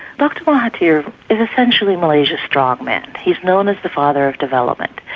dr mahathir is essentially malaysia's strongman, he is known as the father of development.